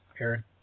Aaron